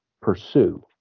pursue